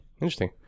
interesting